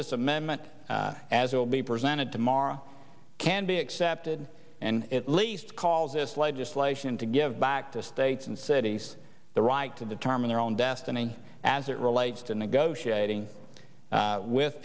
this amendment as it will be presented tomorrow can be accepted and at least call this legislation to give back to states and cities the right to determine their own destiny as it relates to negotiating with